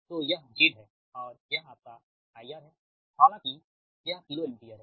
तो यह Z है और यह आपका IR है हालांकि यह किलो एम्पीयर है